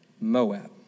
Moab